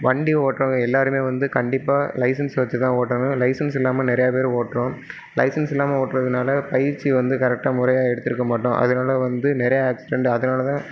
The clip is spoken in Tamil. வண்டி ஓட்டுறவங்க எல்லாருமே வந்து கண்டிப்பாக லைசன்ஸ் வச்சு தான் ஓட்டணும் லைசன்ஸ் இல்லாமல் நிறையா பேர் ஓட்டுறோம் லைசன்ஸ் இல்லாமல் ஒட்டுறதுனால் பயிற்சி வந்து கரெக்டாக முறையாக எடுத்திருக்க மாட்டோம் அதனால வந்து நிறையா ஆக்சிடென்ட் அதனாலதான்